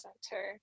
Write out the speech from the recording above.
Center